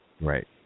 Right